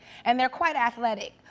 and they're quite athletic.